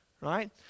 Right